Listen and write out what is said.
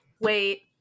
Wait